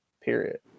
period